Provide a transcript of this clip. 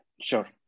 Sure